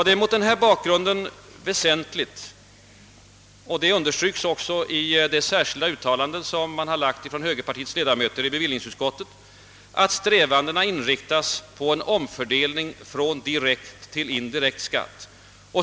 Det är mot denna bakgrund väsentligt — det understryks också i det särskilda uttalande som högerpartiets ledamöter i bevillningsutskottet har gjort — att strävandena inriktas på en omfördelning från direkt till indirekt skatt.